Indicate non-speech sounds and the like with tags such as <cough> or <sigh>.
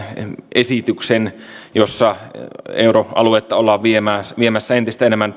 esityksen jossa euroaluetta ollaan viemässä entistä enemmän <unintelligible>